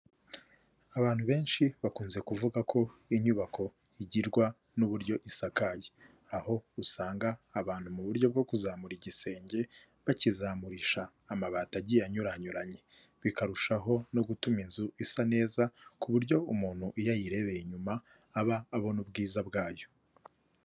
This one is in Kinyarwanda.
Abantu benshi bakunze kuvuga ko inyubako igirwa n'uburyo isakaye, aho usanga abantu mu buryo bwo kuzamura igisenge bakizamurisha amabati agiye anyuranyuranye, bikarushaho no gutuma inzu isa neza ku buryo umuntu iyo ayirebeye inyuma aba abona ubwiza bwayo.